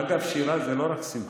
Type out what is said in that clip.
אגב, שירה זה לא רק שמחה.